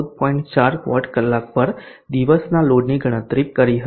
4 watt કલાક પર દિવસના લોડની ગણતરી કરી હતી